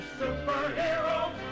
superheroes